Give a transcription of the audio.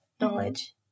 knowledge